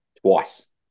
twice